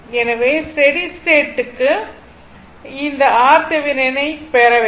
எனவே steady state க்கு அந்த RThevenin ஐப் பெற வேண்டும்